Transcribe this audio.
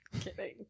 kidding